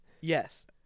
Yes